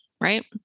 right